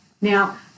Now